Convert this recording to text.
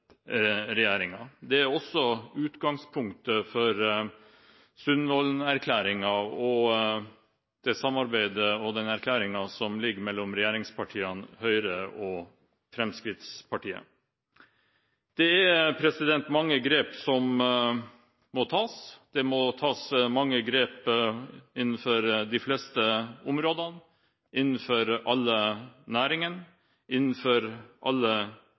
Det er også utgangspunktet for Sundvolden-erklæringen – det samarbeidet og den erklæringen som er mellom regjeringspartiene Høyre og Fremskrittspartiet. Det er mange grep som må tas. Det må tas mange grep innenfor de fleste områdene, innenfor alle næringene, innenfor alle